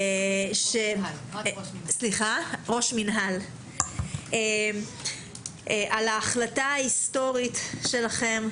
ראש מינהל, על ההחלטה ההיסטורית שלכם,